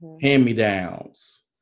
hand-me-downs